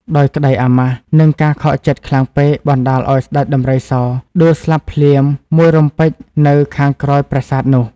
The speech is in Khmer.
ដោយក្តីអាម៉ាស់ និងការខកចិត្តខ្លាំងពេកបណ្តាលឱ្យស្តេចដំរីសដួលស្លាប់ភ្លាម មួយរំពេចនៅខាងក្រោយប្រាសាទនោះ ។